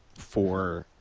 for